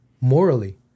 morally